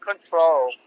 control